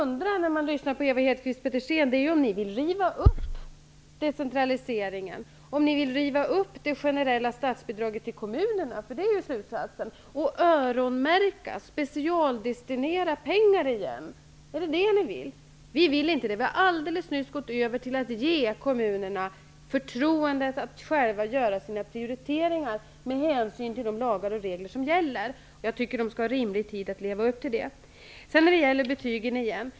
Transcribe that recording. När man lyssnar på Ewa Hedkvist Petersen börjar man undra om ni vill riva upp decentraliseringen och det generella statsbidraget till kommunerna -- den slutsatsen drar man -- och öronmärka, specialdestinera pengar igen. Är det detta ni vill? Vi vill inte det. Vi har alldeles nyss gått över till att ge kommunerna förtroendet att själva göra sina prioriteringar med hänsyn till de lagar och regler som gäller. Jag tycker att de skall ha rimlig tid på sig att leva upp till det.